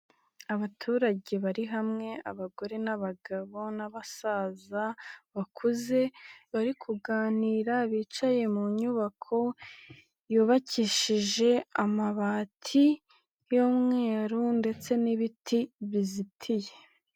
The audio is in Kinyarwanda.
Abaturage bari hamwe abagore n'abagabo n'abasaza bakuze, bari kuganira, bicaye mu nyubako yubakishije amabati y'umweru ndetse n'ibiti bizitiye.